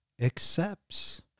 accepts